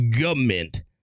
government